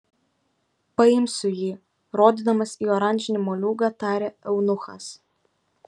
paimsiu jį rodydamas į oranžinį moliūgą tarė eunuchas